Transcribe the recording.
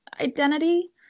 identity